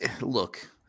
look